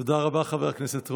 תודה רבה, חבר הכנסת רול.